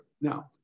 Now